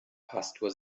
pastor